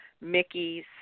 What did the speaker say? Mickey's